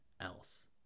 else